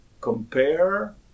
compare